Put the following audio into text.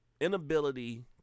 inability